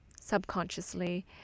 subconsciously